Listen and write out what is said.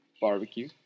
barbecue